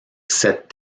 cette